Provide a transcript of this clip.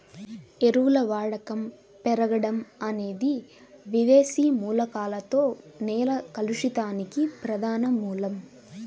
ఎరువుల వాడకం పెరగడం అనేది విదేశీ మూలకాలతో నేల కలుషితానికి ప్రధాన మూలం